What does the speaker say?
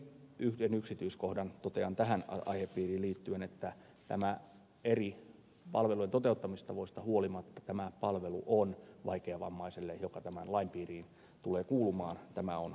sen yhden yksityiskohdan totean tähän aihepiiriin liittyen että eri palvelujen toteuttamistavoista huolimatta tämä palvelu on vaikeavammaiselle joka tämän lain piiriin tulee kuulumaan maksutonta